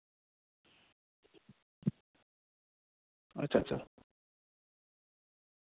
ᱟᱪᱪᱷᱟ ᱟᱪᱪᱷᱟ